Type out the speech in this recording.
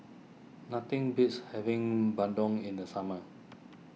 nothing beats having Bandung in the summer